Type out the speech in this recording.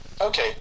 Okay